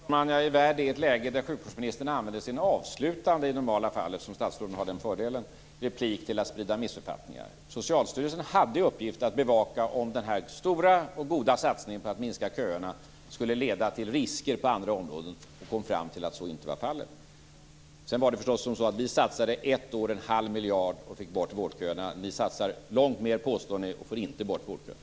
Fru talman! Jag tycker att jag är värd en minut i ett läge där ministern använder sin normalt avslutande replik - statsråden har den fördelen - till att sprida missuppfattningar. Socialstyrelsen hade i uppgift att bevaka om denna stora och goda satsning på att minska köerna skulle leda till risker på andra områden. Man kom fram till att så inte var fallet. Vi satsade en halv miljard på ett år och fick bort vårdköerna. Ni påstår att ni satsar långt mer men får inte bort vårdköerna.